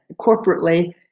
corporately